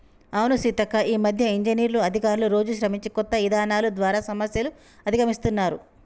అవును సీతక్క ఈ మధ్య ఇంజనీర్లు అధికారులు రోజు శ్రమించి కొత్త ఇధానాలు ద్వారా సమస్యలు అధిగమిస్తున్నారు